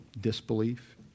disbelief